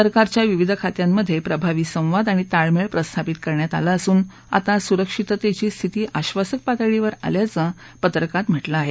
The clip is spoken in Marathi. सरकारच्या विविध खात्यांमधे प्रभावी संवाद आणि ताळमेळ प्रस्थापित करण्यात आला असून आता सुरक्षिततेची स्थिती आश्वासक पातळीवर असल्याचं पत्रकात म्ह िं आहे